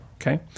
Okay